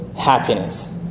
happiness